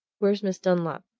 where's miss dunlop?